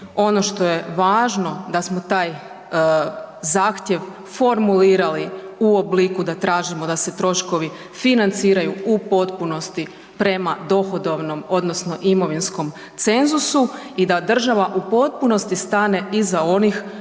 Ono što je važno da smo taj zahtjev formulirali, u obliku, da tražimo da se troškovi financiraju u potpunosti prema dohodovnom odnosno imovinskom cenzusu i da država u potpunosti stane iza onih